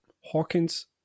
Hawkins